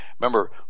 Remember